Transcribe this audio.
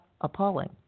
appalling